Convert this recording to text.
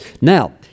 Now